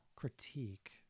critique